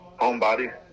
Homebody